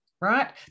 right